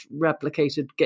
replicated